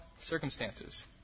circumstances